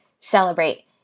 celebrate